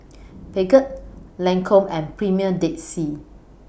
Peugeot Lancome and Premier Dead Sea